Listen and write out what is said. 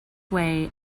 way